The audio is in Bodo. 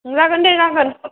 जागोन दे जागोन